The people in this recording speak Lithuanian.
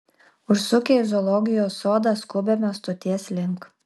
užsukę į zoologijos sodą skubame stoties link